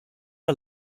are